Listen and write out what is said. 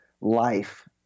life